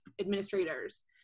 administrators